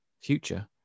future